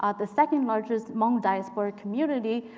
ah the second largest hmong diasporic community,